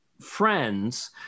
friends